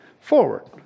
forward